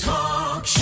Talk